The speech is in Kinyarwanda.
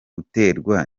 guterwa